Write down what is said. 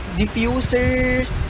diffusers